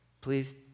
Please